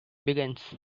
begins